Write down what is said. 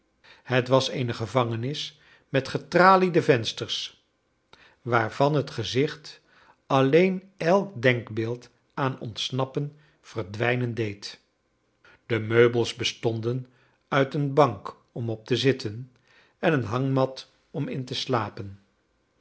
het was eene gevangenis met getraliede vensters waarvan het gezicht alleen elk denkbeeld aan ontsnappen verdwijnen deed de meubels bestonden uit een bank om op te zitten en een hangmat om in te slapen